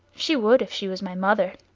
she would if she was my mother.